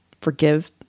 forgive